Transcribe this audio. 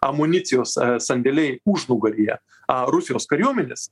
amunicijos sandėliai užnugaryje a rusijos kariuomenės